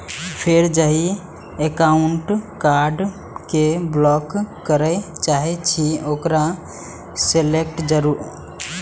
फेर जाहि एकाउंटक कार्ड कें ब्लॉक करय चाहे छी ओकरा सेलेक्ट करू